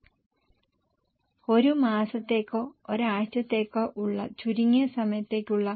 നിങ്ങൾക്ക് ഒരു മാസത്തേക്കോ ഒരാഴ്ചത്തേക്കോ ഉള്ള ചുരുങ്ങിയ സമയത്തേക്കുള്ള